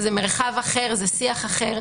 זה מרחב אחר, זה שיח אחר.